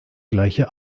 gleiche